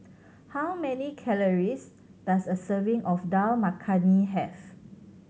how many calories does a serving of Dal Makhani have